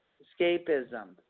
escapism